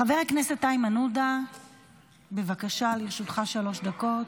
חבר הכנסת איימן עודה, בבקשה, לרשותך שלוש דקות.